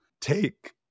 take